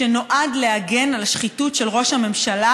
שנועד להגן על שחיתות של ראש הממשלה,